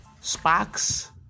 Sparks